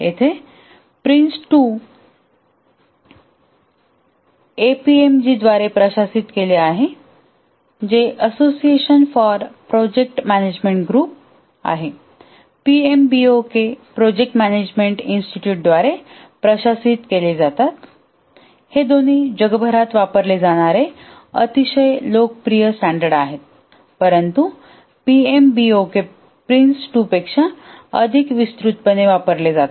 येथे PRINCE2 एपीएमजीद्वारे प्रशासित केले जाते जे association for project management group आहे पीएमबीओके प्रोजेक्ट मॅनेजमेंट इन्स्टिट्यूटद्वारे प्रशासित केले जातात हे दोन्ही जगभरात वापरले जाणारे अतिशय लोकप्रिय आहेत परंतु पीएमबीओके PRINCE2 पेक्षा अधिक विस्तृतपणे वापरले जातात